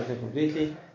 completely